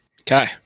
Okay